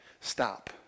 stop